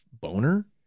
boner